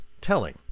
telling